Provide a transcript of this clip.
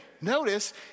Notice